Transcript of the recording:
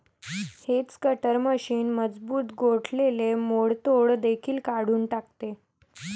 hedge cutter machine मजबूत गोठलेले मोडतोड देखील काढून टाकते